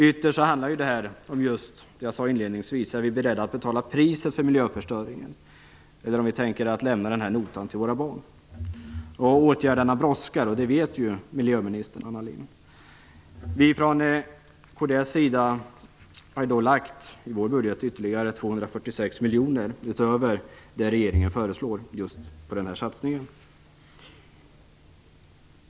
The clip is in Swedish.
Ytterst handlar detta om vad jag sade inledningvis, om vi är beredda att betala priset för miljöförstöringen eller om vi tänker lämna notan till våra barn. Åtgärderna brådskar. Det vet miljöminister Anna Vi från kds har i vår budget lagt ytterligare 246 miljoner utöver det regeringen föreslår på den här satsningen.